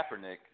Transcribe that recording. Kaepernick